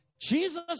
Jesus